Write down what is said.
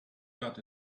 got